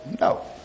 No